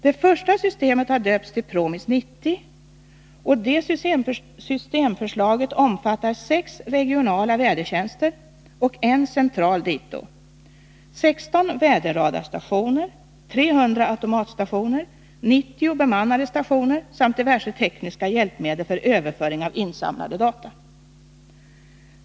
Det första systemet har döpts till PROMIS 90, och det systemförslaget omfattar sex regionala vädertjänster och en central, 16 väderradarstationer, 300 automatstationer, 90 bemannade stationer samt diverse tekniska hjälpmedel för överföring av insamlade data.